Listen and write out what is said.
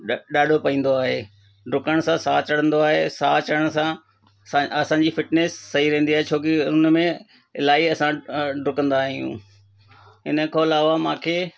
ॾाढो पवंदो आहे डुकण सां साउ चढ़ंदो आहे साउ चढ़ण सां असांजी फिटनेस सही रहंदी आहे छो की उन में इलाही असां डुकंदा आहियूं इन खां अलावा मूंखे